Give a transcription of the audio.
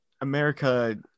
America